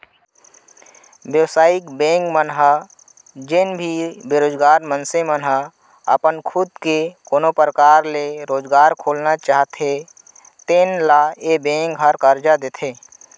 बेवसायिक बेंक मन ह जेन भी बेरोजगार मनसे मन ह अपन खुद के कोनो परकार ले रोजगार खोलना चाहते तेन ल ए बेंक ह करजा देथे